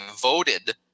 voted